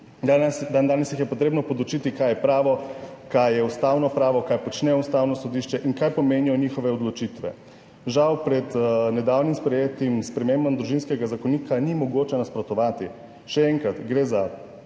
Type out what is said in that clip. jih je potrebno podučiti kaj je pravo, kaj je ustavno pravo, kaj počne Ustavno sodišče in kaj pomenijo njihove odločitve. Žal pred nedavnim sprejetim spremembam Družinskega zakonika ni mogoče nasprotovati. Še enkrat, gre za